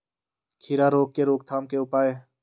खीरा रोग के रोकथाम के उपाय?